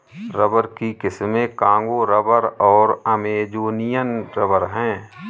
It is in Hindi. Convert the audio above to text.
रबर की किस्में कांगो रबर और अमेजोनियन रबर हैं